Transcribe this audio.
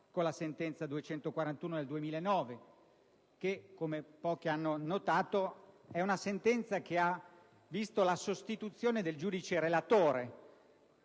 con la sentenza n. 241 del 2009 che, come pochi hanno notato, è una sentenza che ha visto la sostituzione del giudice relatore.